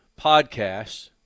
podcasts